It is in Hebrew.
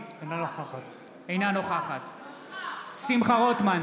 אינה נוכחת שמחה רוטמן,